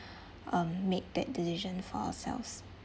uh make that decision for ourselves